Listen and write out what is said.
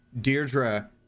Deirdre